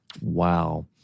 Wow